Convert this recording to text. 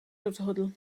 rozhodl